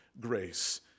grace